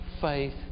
faith